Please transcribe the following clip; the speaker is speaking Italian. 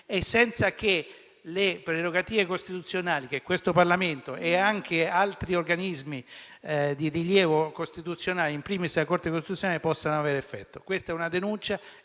D, senza che le prerogative costituzionali di questo Parlamento e di altri organi di rilievo costituzionale, *in primis* la Corte costituzionale, possano avere effetto? Questa è una denuncia